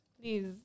please